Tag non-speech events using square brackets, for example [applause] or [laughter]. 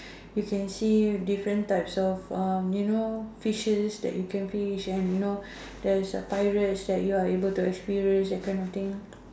you can see different types of uh you know fishes that you can fish and you know [breath] there is the pirates that you are able to experience that kind of thing